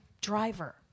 driver